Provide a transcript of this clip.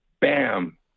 bam